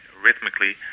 rhythmically